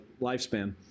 lifespan